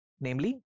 namely